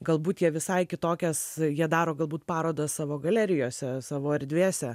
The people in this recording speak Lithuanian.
galbūt jie visai kitokias jie daro galbūt parodas savo galerijose savo erdvėse